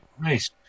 Nice